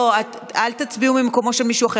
הצעת ועדת החוקה,